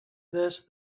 this